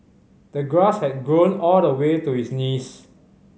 the grass had grown all the way to his knees